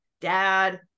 dad